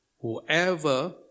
whoever